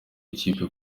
ikipe